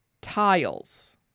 Tiles